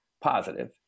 Positive